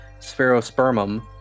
spherospermum